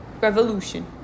revolution